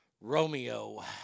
Romeo